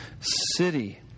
city